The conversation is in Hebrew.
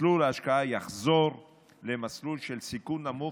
מסלול ההשקעה יחזור למסלול של סיכון נמוך,